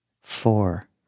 four